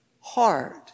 heart